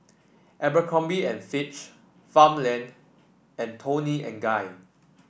Abercrombie and Fitch Farmland and Toni and Guy